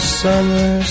summer